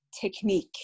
technique